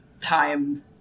time